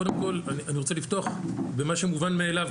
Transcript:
קודם כל אני רוצה לפתוח במשהו מובן מאליו,